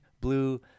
blue